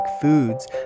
foods